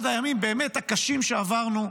אחד הימים, באמת, הקשים שעברנו.